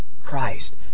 Christ